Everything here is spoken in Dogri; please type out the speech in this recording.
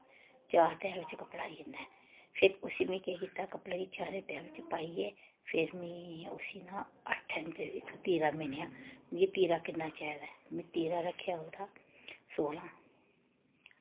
चार तैह् बिच्च कपड़ा आई जंदा ऐ फिर उस्सी में केह् कीता कपड़े गा चारें तैह् बिच्च पाईयै फिर में उस्सी ना अट्ठ इंच इत्थूं तीरा मिनेआं मिगी तारा किन्ना चाही दा ऐ में तारा रक्खेआ ओह्दा सोह्लां इंच